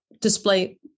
display